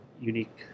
unique